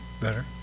better